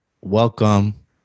welcome